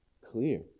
clear